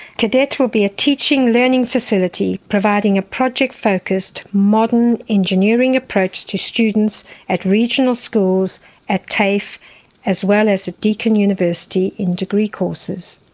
cadet will be a teaching learning facility, providing a project focused modern engineering approach to students at regional schools at tafe as well as at deakin university in degree courses.